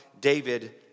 David